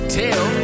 tell